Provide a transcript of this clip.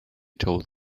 told